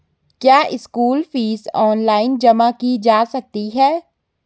क्या school fees online जमा की जा सकती है?